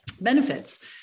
benefits